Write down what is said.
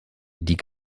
die